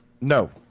No